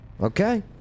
Okay